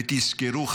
ותזכרו,